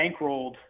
bankrolled